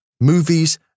movies